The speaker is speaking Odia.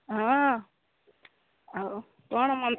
ହଁ ଆଉ କ'ଣ